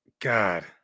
God